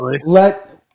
let